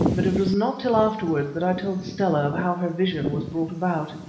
but it was not till afterwards that i told stella of how her vision was brought about.